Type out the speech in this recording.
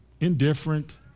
indifferent